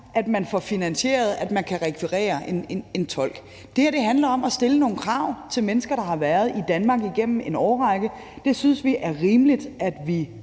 til at finansiere, at man kan rekvirere en tolk? Det her handler om at stille nogle krav til mennesker, der har været i Danmark igennem en årrække. Det synes vi er rimeligt at